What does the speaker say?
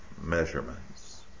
measurements